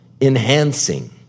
enhancing